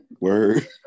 word